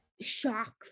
shock